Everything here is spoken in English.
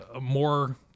more